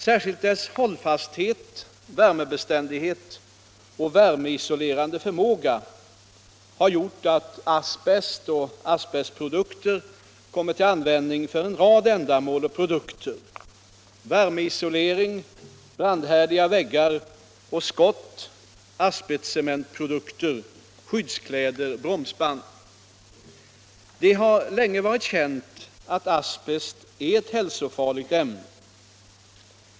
Särskilt dess hållfasthet, värmebeständighet och värmeisolerande förmåga har gjort att asbest och asbestprodukter kommit till användning för en rad ändamål och produkter: värmeisolering, brandhärdiga väggar och skott, asbestcementprodukter, skyddskläder, bromsband. Det har länge varit känt att asbest är ett hälsofarligt ämne.